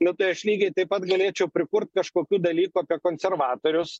nu tai aš lygiai taip pat galėčiau prikurt kažkokių dalykų apie konservatorius